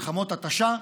מלחמות התשה,